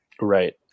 Right